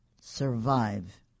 survive